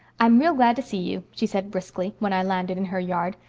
i'm real glad to see you she said briskly, when i landed in her yard.